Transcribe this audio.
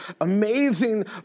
amazing